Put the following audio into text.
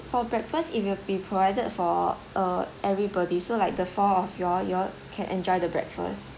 for breakfast it will be provided for uh everybody so like the four of you all you all can enjoy the breakfast